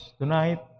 tonight